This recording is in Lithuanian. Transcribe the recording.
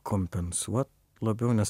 kompensuot labiau nes